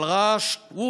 אבל רעש?